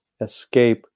escape